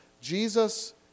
Jesus